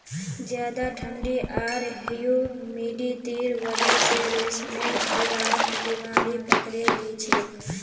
ज्यादा ठंडी आर ह्यूमिडिटीर वजह स रेशमेर कीड़ाक बीमारी पकड़े लिछेक